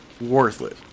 worthless